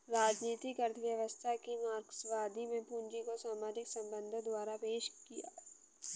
राजनीतिक अर्थव्यवस्था की मार्क्सवादी में पूंजी को सामाजिक संबंधों द्वारा पेश किया है